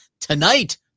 tonight